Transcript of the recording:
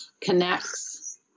connects